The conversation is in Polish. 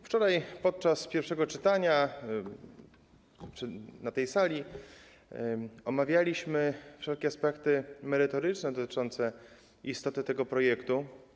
Wczoraj podczas pierwszego czytania na tej sali omawialiśmy wszelkie aspekty merytoryczne dotyczące istoty tego projektu.